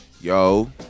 Yo